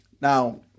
Now